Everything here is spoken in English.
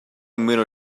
mirror